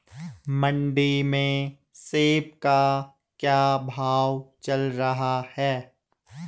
मंडी में सेब का क्या भाव चल रहा है?